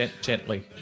gently